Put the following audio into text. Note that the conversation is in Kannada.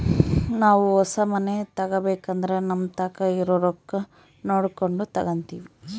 ನಾವು ಹೊಸ ಮನೆ ತಗಬೇಕಂದ್ರ ನಮತಾಕ ಇರೊ ರೊಕ್ಕ ನೋಡಕೊಂಡು ತಗಂತಿವಿ